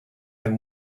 than